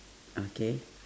okay